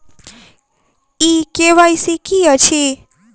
ई KYC की अछि?